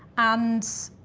and,